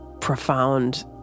profound